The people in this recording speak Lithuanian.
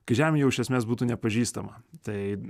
kai žemė jau iš esmės būtų nepažįstama tai